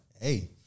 Hey